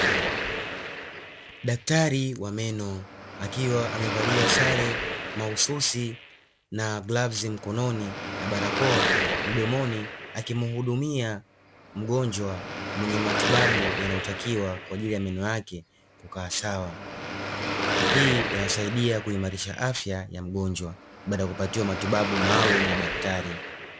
Daktari wa meno akiwa amevalia sare mahususi na glavu mkononi na barakoa mdomoni, akimhudumia mgonjwa mwenye matibabu yanayotakiwa kwa ajili ya meno yake kukaa sawa, hii inasaidia kuimarisha afya ya mgonjwa baada ya kupatiwa matibabu maalumu na daktari.